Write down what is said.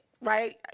right